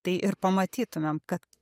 tai ir pamatytumėm kad